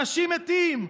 אנשים מתים.